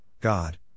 God